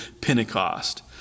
Pentecost